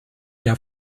der